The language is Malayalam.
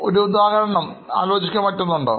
അത്തരം ഒരു ഉദാഹരണം പറയാമോ